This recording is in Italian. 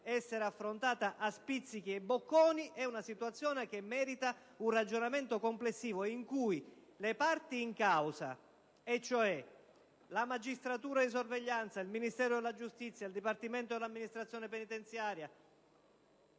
essere affrontata a spizzichi e bocconi e che merita un ragionamento complessivo, in cui le parti in causa, e cioè la magistratura di sorveglianza, il Ministero della giustizia, il Dipartimento dell'amministrazione penitenziaria,